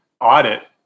audit